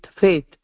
faith